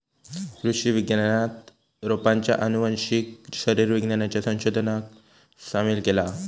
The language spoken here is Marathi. कृषि विज्ञानात रोपांच्या आनुवंशिक शरीर विज्ञानाच्या संशोधनाक सामील केला हा